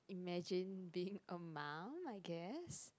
imagine being a mum I guess